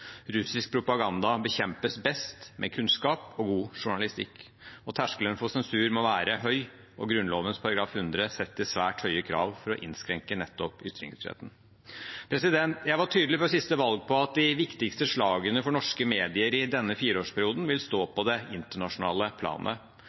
Russisk propaganda bekjempes best med kunnskap og god journalistikk. Terskelen for sensur må være høy, og Grunnloven § 100 setter svært høye krav for å innskrenke nettopp ytringsfriheten. Jeg var tydelig før sist valg på at de viktigste slagene for norske medier denne fireårsperioden vil stå